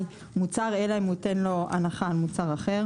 מוצר אלא אם יגיד שייתן לו הנחה על אחר.